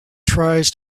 tries